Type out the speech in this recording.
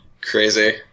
Crazy